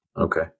Okay